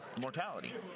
mortality